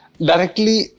Directly